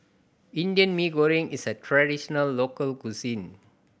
Indian Mee Goreng is a traditional local cuisine